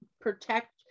protect